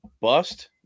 bust